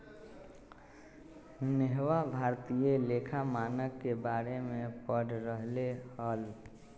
नेहवा भारतीय लेखा मानक के बारे में पढ़ रहले हल